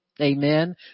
Amen